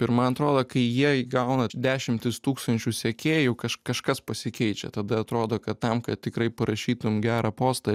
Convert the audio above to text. ir man trodo kai jie įgauna dešimtis tūkstančių sekėjų kaš kažkas pasikeičia tada atrodo kad tam kad tikrai parašytum gerą postą